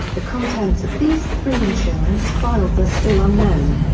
the contents of these three insurance files are still unknown.